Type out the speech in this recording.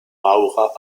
maurer